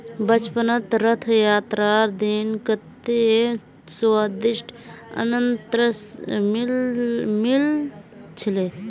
बचपनत रथ यात्रार दिन कत्ते स्वदिष्ट अनन्नास मिल छिले